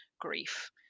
grief